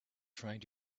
trying